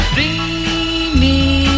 Dreamy